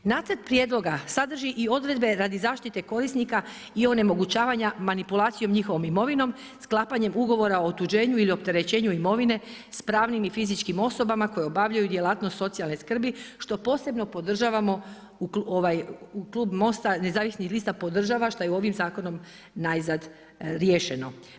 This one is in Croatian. Nacrt prijedloga sadrži i odredbe radi zaštite korisnika i onemogućavanja manipulacijom njihovom imovinom, sklapanjem ugovora o otuđenju ili opterećenju imovine sa pravnim i fizičkim osoba koje obavljaju djelatnost socijalne skrbi što posebno podržavamo u klubu MOST-a nezavisnih lista što je ovim zakonom najzad riješeno.